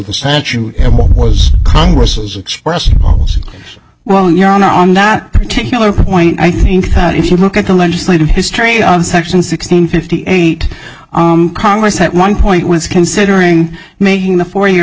the statute was congress's expressed well your honor on that particular point i think that if you look at the legislative history on section six hundred fifty eight congress at one point was considering making the for your